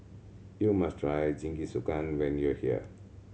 you must try Jingisukan when you are here